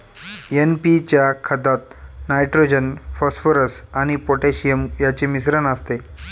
NP च्या खतात nitrogen, phosphorus आणि पोटॅशियम यांचे मिश्रण असते